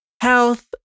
health